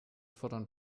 fordern